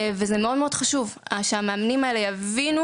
וזה מאוד חשוב שהמאמנים האלה יבינו,